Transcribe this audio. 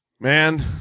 Man